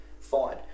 Fine